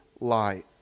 light